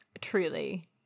truly